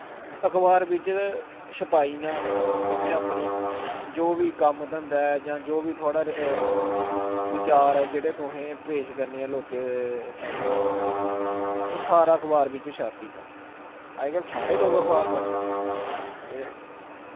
अखबार बिच्च छपाई ओड़ना तुसें अपनी इक जो बी कम्म धंदा ऐ जां जो बी थुआढ़ा ओह् बचार ऐ जेह्ड़े तुसें पेश करने ऐ लोकें दे सामनै ओह् सारा अखबार बिच्च छप्पी जाना अज्जकल सारे लोक अखबार पढ़दे न ते